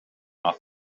off